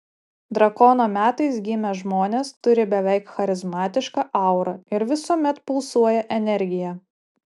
drakono metais gimę žmonės turi beveik charizmatišką aurą ir visuomet pulsuoja energija